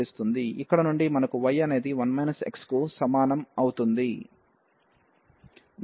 ఇక్కడ నుండి మనకు y అనేది 1 x కు సమానం అవుతుంది